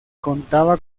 contaba